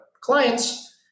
clients